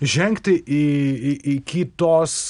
žengti į į į kitos